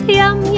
yum